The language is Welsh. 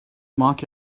mark